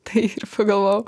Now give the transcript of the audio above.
tai pagalvojau